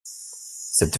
cette